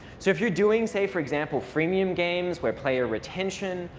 so if you're doing, say for example, freemium games where player retention,